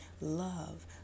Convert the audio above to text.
Love